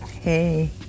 hey